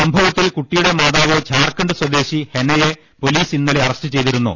സംഭവത്തിൽ കുട്ടിയുടെ മാതാവ് ജാർക്കണ്ഡ് സ്വദേശി ഹെനയെ പൊലീസ് ഇന്നലെ അറസ്റ്റ് ചെയ്തിരുന്നു